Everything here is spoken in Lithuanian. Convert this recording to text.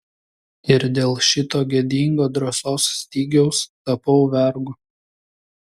ir dėl šito gėdingo drąsos stygiaus tapau vergu